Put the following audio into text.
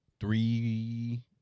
three